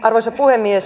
arvoisa puhemies